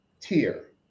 tier